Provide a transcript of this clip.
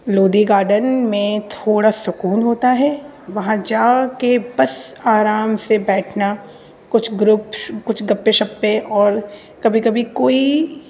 Lodhi garden میں تھوڑا سکون ہوتا ہے وہاں جا کے بس آرام سے بیٹھنا کچھ گروپ کچھ گپے شپے اور کبھی کبھی کوئی